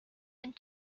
and